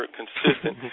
consistent